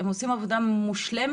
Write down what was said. הם עושים עבודה מושלמת,